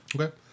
Okay